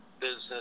business